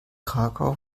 krakau